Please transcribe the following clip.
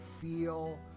feel